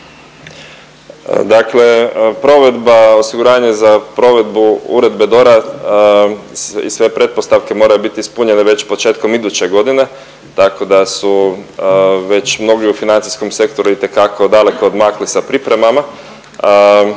provedba osiguranje za provedbu Uredbe DORA i sve pretpostavke moraju biti ispunjenje već početkom iduće godine, tako da su već mnogi u financijskom sektoru itekako daleko odmakli sa pripremama.